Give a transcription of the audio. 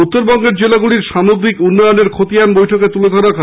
উত্তরবঙ্গের জেলাগুলির সামগ্রিক উন্নয়নের খতিয়ান বৈঠকে তুলে ধরা হয়